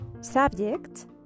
subject